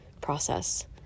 process